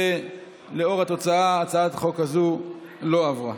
לאור התוצאה, הצעת החוק הזו לא עברה.